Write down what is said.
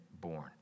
born